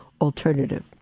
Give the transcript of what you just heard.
alternative